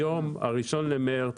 היום הראשון למרץ,